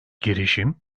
girişim